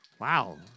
Wow